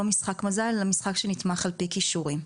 משחק מזל אלא משחק שנתמך על-פי כישורים.